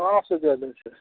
हँ से जाए दै छै